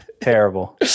Terrible